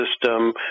system